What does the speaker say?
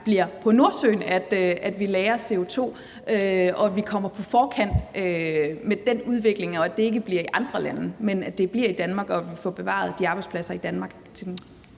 bliver på Nordsøen, vi lagrer CO2, og at vi kommer på forkant med den udvikling, og at det ikke bliver i andre lande, men at det bliver i Danmark, og at vi får bevaret de arbejdspladser i Danmark til den.